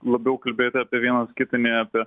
labiau kalbėti apie vienas kitą nei apie